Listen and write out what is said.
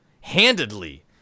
handedly